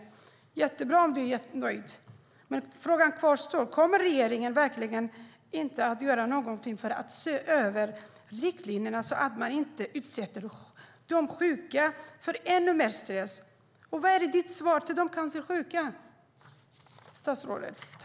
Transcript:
Det är jättebra om du är nöjd, men frågan kvarstår: Kommer regeringen verkligen inte att göra någonting för att se över riktlinjerna så att man inte utsätter de sjuka för ännu mer stress? Vad är ditt svar till de cancersjuka, statsrådet?